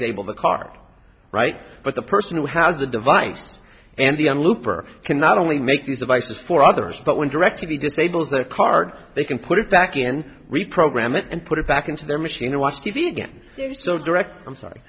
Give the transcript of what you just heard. sable the car right but the person who has the device and the looper can not only make these devices for others but when directly disables their card they can put it back in reprogram it and put it back into their machine or watch t v again so direct i'm sorry